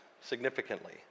significantly